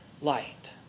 light